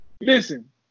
Listen